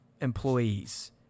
employees